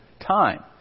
time